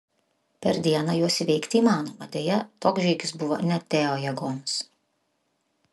per dieną juos įveikti įmanoma deja toks žygis buvo ne teo jėgoms